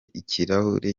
ikirahure